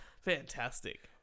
fantastic